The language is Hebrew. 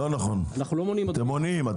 לא נכון, אתם מונעים.